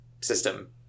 system